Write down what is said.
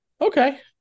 Okay